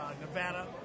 Nevada